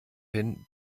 hin